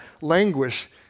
languish